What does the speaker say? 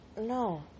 No